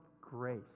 grace